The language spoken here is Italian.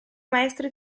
maestro